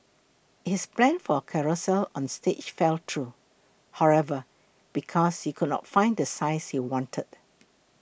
his plan for a carousel on stage fell through however because he could not find the size he wanted